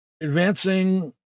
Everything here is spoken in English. Advancing